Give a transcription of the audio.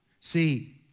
See